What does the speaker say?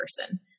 person